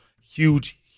Huge